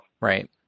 Right